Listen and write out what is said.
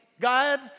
God